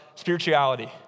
spirituality